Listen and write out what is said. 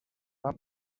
van